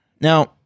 now